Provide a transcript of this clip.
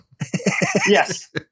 Yes